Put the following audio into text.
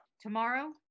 Tomorrow